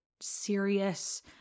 serious –